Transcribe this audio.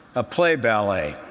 a play ballet.